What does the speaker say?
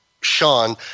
Sean